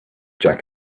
jacket